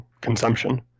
consumption